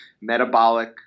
metabolic